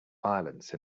violence